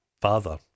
father